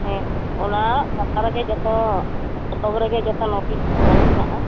ᱦᱮ ᱚᱱᱟ ᱠᱷᱟᱛᱟ ᱨᱮᱜᱮ ᱡᱚᱛᱚ ᱯᱚᱛᱚᱵ ᱨᱮᱜᱮ ᱡᱚᱛᱚ ᱱᱚᱴᱤᱥ ᱠᱚ ᱚᱞ ᱦᱮᱱᱟᱜᱼᱟ